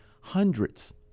hundreds